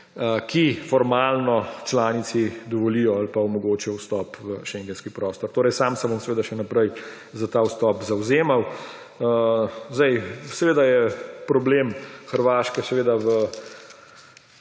ki formalno članici dovolijo ali pa omogočijo vstop v schengenski prostor. Torej sam se bom seveda še naprej za ta vstop zavzemal. Seveda je problem Hrvaške v